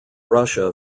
russia